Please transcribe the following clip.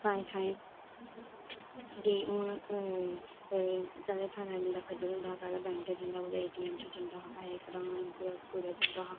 थाएं थाएं गी हून पैह्लें थाएं थाएं बंदा खज्जल होंदा हा पैह्लें बैंके च जंदा कुदै ए टी एम च जंदा हा पैहे कढान कुदै कुतै जंदा हा